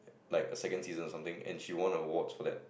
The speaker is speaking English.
like a second season or something and she won awards for that